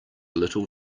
little